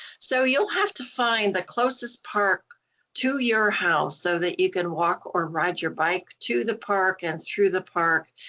so you'll have to find the closest park to your house so that you can walk or ride your bike to the park and through the park.